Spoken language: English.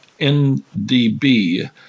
NDB